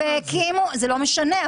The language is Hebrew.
זה לא משנה.